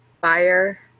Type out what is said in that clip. Fire